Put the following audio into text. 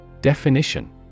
Definition